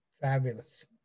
Fabulous